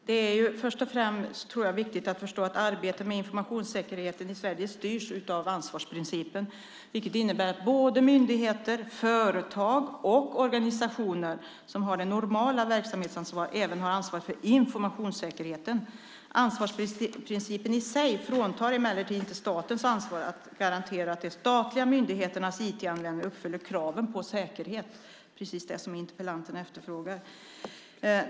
Herr talman! Först och främst är det viktigt att förstå att arbetet med informationssäkerheten i Sverige styrs av ansvarsprincipen, vilket innebär att myndigheter, företag och organisationer, som har det normala verksamhetsansvaret, även har ansvaret för informationssäkerheten. Ansvarsprincipen i sig fråntar emellertid inte staten ansvaret att garantera att de statliga myndigheternas IT-användning uppfyller kraven på säkerhet, just det som interpellanten efterfrågar.